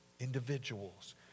individuals